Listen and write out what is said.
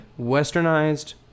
westernized